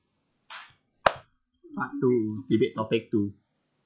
part two debate topic two